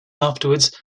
afterwards